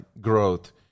growth